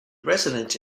residence